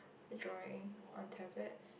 drawing on tablets